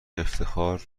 افتخار